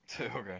Okay